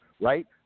right